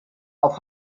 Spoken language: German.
auf